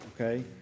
okay